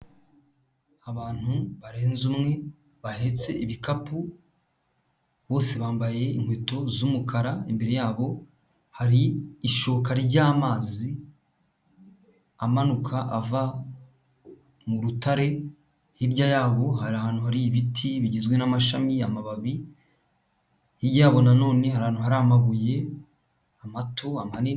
Abantu barenze umwe, bahetse ibikapu, bose bambaye inkweto z'umukara, imbere yabo hari ishoka ry'amazi amanuka ava mu rutare, hirya yabo hari ahantu hari ibiti bigizwe n'amashami, amababi, hirya yabo na none hari ahantu hari amabuye, amato, amanini...